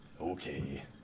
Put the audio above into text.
Okay